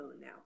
now